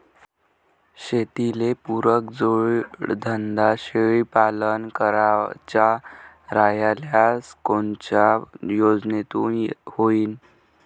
शेतीले पुरक जोडधंदा शेळीपालन करायचा राह्यल्यास कोनच्या योजनेतून होईन?